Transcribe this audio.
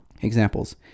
Examples